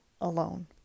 alone